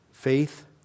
Faith